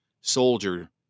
soldier